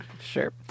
Sure